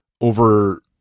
over